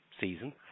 season